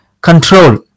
control